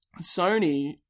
Sony